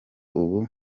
uba